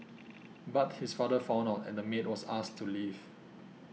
but his father found out and the maid was asked to leave